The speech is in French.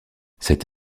cette